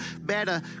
better